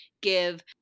give